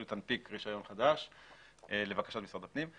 תנפיק רישיון חדש לבקשת משרד הפנים.